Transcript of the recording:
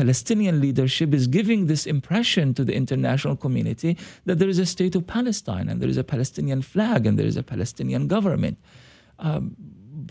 palestinian leadership is giving this impression to the international community that there is a state of palestine and there is a palestinian flag and there's a palestinian government